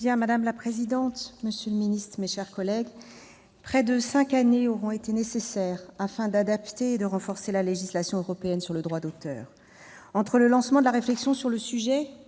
Madame la présidente, monsieur le ministre, mes chers collègues, près de cinq années auront été nécessaires pour adapter et renforcer la législation européenne sur le droit d'auteur. Entre le lancement de la réflexion sur le sujet,